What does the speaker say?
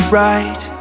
right